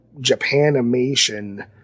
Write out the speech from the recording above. Japanimation